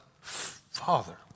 Father